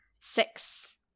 Six